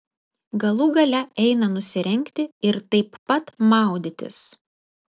galų gale eina nusirengti ir taip pat maudytis